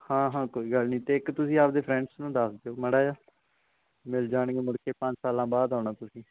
ਹਾਂ ਹਾਂ ਕੋਈ ਗੱਲ ਨਹੀਂ ਅਤੇ ਇੱਕ ਤੁਸੀਂ ਆਪਦੇ ਫ੍ਰੈਂਡਸ ਨੂੰ ਦੱਸ ਦਿਓ ਮਾੜਾ ਜਿਹਾ ਮਿਲ ਜਾਣਗੇ ਮੁੜਕੇ ਪੰਜ ਸਾਲਾਂ ਬਾਅਦ ਆਉਣਾ ਤੁਸੀਂ